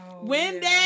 Wendy